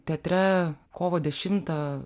teatre kovo dešimtą